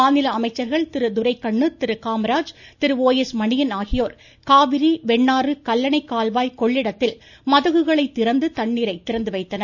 மாநில அமைச்சர்கள் Thiru Duraikannu Thiru Kamaraj Thiru O S Manian ஆகியோர் காவிரி வெண்ணாறு கல்லணை கால்வாய் கொள்ளிடத்தில் மதகுகளை திறந்து தண்ணீரை திறந்துவைத்தனர்